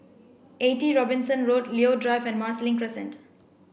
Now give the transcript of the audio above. Eighty Robinson Road Leo Drive and Marsiling Crescent